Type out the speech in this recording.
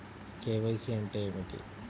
KYC అంటే ఏమిటి?